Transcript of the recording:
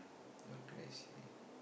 what can I say